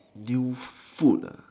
new food lah